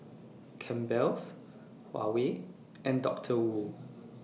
Campbell's Huawei and Doctor Wu